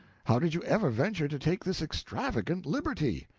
how did you ever venture to take this extravagant liberty?